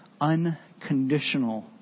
unconditional